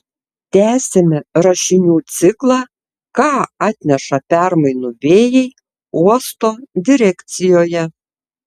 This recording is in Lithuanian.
tęsiame rašinių ciklą ką atneša permainų vėjai uosto direkcijoje